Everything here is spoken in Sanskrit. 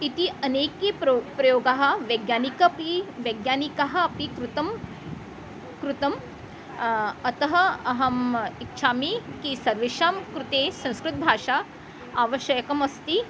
इति अनेकः प्रयोगाः वैज्ञानिकः अपि वैज्ञानिकः अपि कृतं कृतम् अतः अहम् इच्छामि किं सर्वेषां कृते संस्कृतभाषा आवश्यकम् अस्ति